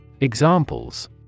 Examples